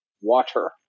water